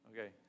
Okay